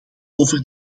over